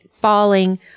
falling